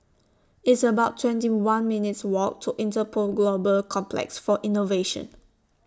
It's about twenty one minutes' Walk to Interpol Global Complex For Innovation